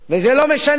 ולא יגיד מישהו,